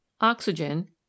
Oxygen